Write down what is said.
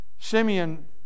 Simeon